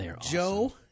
Joe